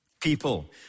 people